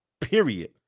Period